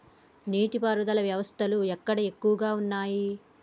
నీటి పారుదల వ్యవస్థలు ఎక్కడ ఎక్కువగా ఉన్నాయి?